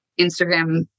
Instagram